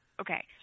Okay